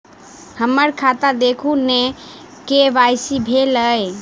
हम्मर खाता देखू नै के.वाई.सी भेल अई नै?